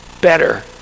better